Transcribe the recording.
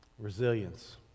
Resilience